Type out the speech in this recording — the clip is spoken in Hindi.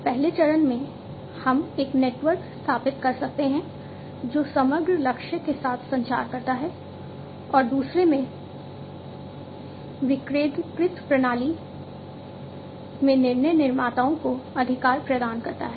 पहले चरण में हम एक नेटवर्क स्थापित कर सकते हैं जो समग्र लक्ष्य के साथ संचार करता है और दूसरे में विकेंद्रीकृत प्रणाली में निर्णय निर्माताओं को अधिकार प्रदान करता है